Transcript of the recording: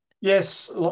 Yes